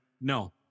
no